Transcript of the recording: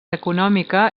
econòmica